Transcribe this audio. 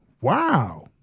Wow